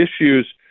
issues